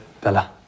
Bella